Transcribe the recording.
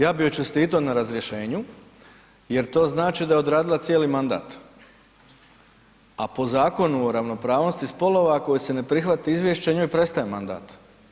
Ja bi joj čestitao na razrješenju jer to znači daje odradila cijeli mandat a po Zakonu o ravnopravnosti spolova, ako joj se ne prihvati izvješće, njoj prestaje mandat.